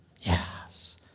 Yes